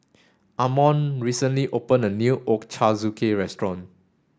Amon recently opened a new Ochazuke restaurant